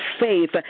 faith